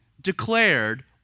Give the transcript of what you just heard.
declared